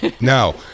No